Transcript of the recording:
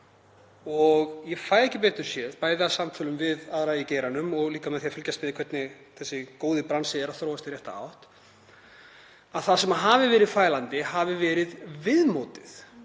Ég fæ ekki betur séð, bæði af samtölum við aðra í geiranum og líka með því að fylgjast með hvernig þessi góði bransi er að þróast í rétta átt, að það sem hafi verið fælandi hafi verið viðmótið